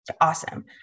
Awesome